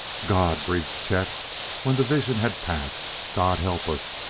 god! breathed chet when the vision had passed. god help us!